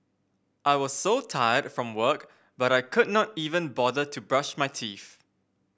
I was so tired from work but I could not even bother to brush my teeth